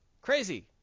crazy